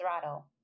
throttle